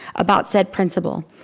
about said principal.